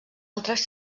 altres